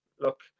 look